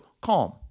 CALM